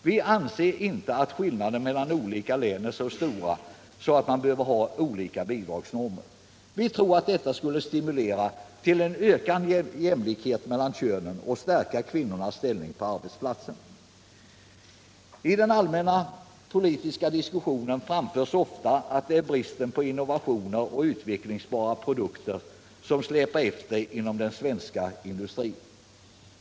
Vi anser inte att skillnaderna mellan olika län är så stora att man behöver ha olika bidragsnormer. Vi tror att detta skulle stimulera till en ökad jämlikhet mellan könen och stärka kvinnornas ställning på arbetsplatsen. I den allmänna politiska diskussionen framhålls ofta att det är sektorn innovationer och utvecklingsbara produkter som släpar efter inom den svenska industrin.